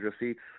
receipts